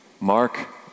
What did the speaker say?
Mark